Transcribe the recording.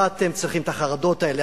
מה אתם צריכים את החרדות האלה?